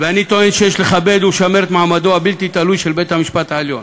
ואני טוען שיש לכבד ולשמר את מעמדו הבלתי-תלוי של בית-המשפט העליון,